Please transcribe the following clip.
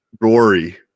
Rory